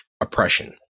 oppression